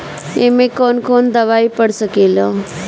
ए में कौन कौन दवाई पढ़ सके ला?